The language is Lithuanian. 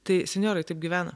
tai senjorai taip gyvena